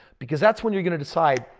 because that's when you're going to decide.